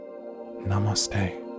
Namaste